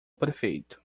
prefeito